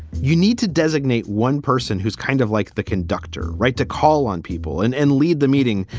you need to designate one person who's kind of like the conductor, right, to call on people and and lead the meeting.